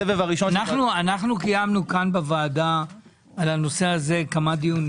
אנחנו קיימנו כאן בוועדה על הנושא הזה כמה דיונים.